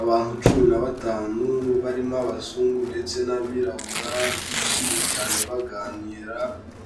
Abantu cumi na batanu barimo abazungu ndetse n'abirabura, bishimye cyane baganira,